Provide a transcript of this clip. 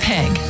Peg